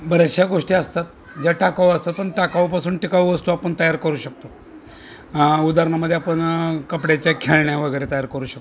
बऱ्याचशा गोष्टी असतात ज्या टाकाऊ असतात पण टाकाऊपासून टिकाऊ वस्तू आपण तयार करू शकतो उदाहरणामध्ये आपण कपड्याच्या खेळण्या वगैरे तयार करू शकतो